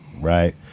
right